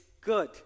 good